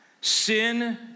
sin